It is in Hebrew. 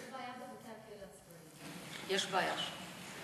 יש בעיה, יש בעיה שם.